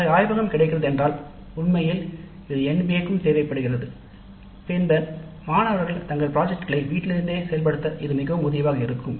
அத்தகைய ஆய்வகம் கிடைக்கிறது என்றால் உண்மையில் இது NBA க்கும் தேவைப்படுகிறது பின்னர் மாணவர்கள் தங்கள் திட்டங்களை வீட்டிலேயே செயல்படுத்த இது மிகவும் உதவியாக இருக்கும்